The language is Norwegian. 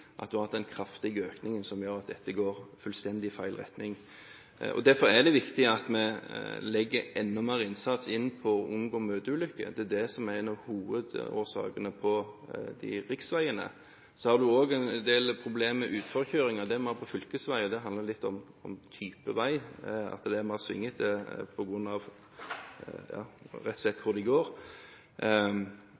har hatt en kraftig økning, noe som gjør at dette går fullstendig i feil retning. Derfor er det viktig at vi legger enda mer innsats i det å unngå møteulykker. Dette er en av hovedårsakene til ulykker på riksveiene. En har også en del problemer med utforkjøringer. Dette skjer mer på fylkesveier. Det handler litt om type vei, at det er mer svingete – rett og slett